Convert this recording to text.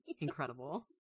Incredible